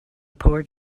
poor